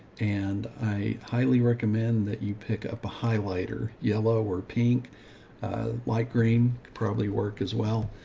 and i highly recommend that you pick up a highlighter, yellow or pink, a light green probably work as well.